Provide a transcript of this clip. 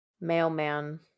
mailman